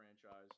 franchise